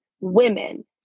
women